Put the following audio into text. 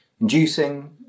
inducing